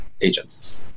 agents